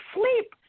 sleep